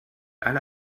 alle